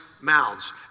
mouths